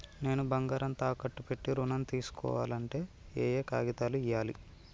నేను బంగారం తాకట్టు పెట్టి ఋణం తీస్కోవాలంటే ఏయే కాగితాలు ఇయ్యాలి?